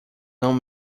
não